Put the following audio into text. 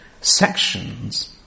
sections